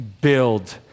build